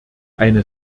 eine